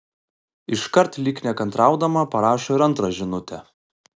iškart lyg nekantraudama parašo ir antrą žinutę